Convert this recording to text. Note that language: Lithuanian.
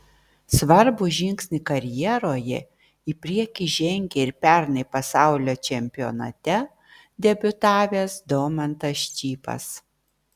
svarbų žingsnį karjeroje į priekį žengė ir pernai pasaulio čempionate debiutavęs domantas čypas